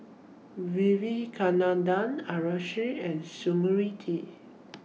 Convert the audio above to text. Vivekananda Haresh and Smriti